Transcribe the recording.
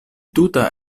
tuta